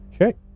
okay